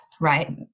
right